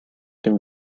dem